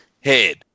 head